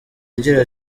agira